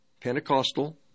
Pentecostal